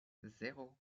zéro